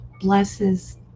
blesses